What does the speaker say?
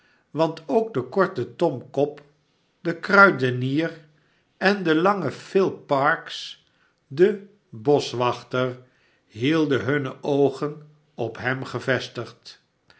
want ook de korte tom cobb de kruidenier en de lange phil parkes de boschwachter hielden hunne oogen op hem gevestigd